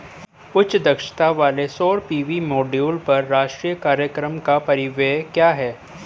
उच्च दक्षता वाले सौर पी.वी मॉड्यूल पर राष्ट्रीय कार्यक्रम का परिव्यय क्या है?